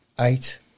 eight